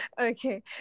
Okay